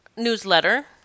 newsletter